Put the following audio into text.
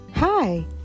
Hi